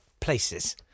places